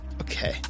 Okay